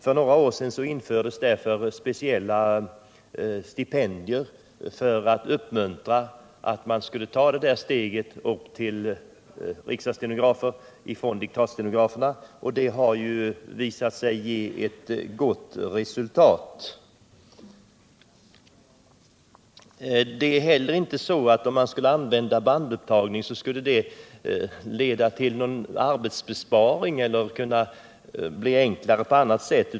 För några år sedan infördes därför speciella stipendier för att uppmuntra diktatstenograferna att ta detta steg till riksdagsstenografer, och det har visat sig ge ett gott resultat. Användandet av enbart bandupptagning skulle inte heller leda till någon arbetsbesparing eller förenkling på annat sätt.